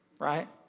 right